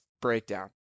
Breakdown